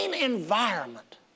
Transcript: environment